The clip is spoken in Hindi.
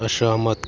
असहमत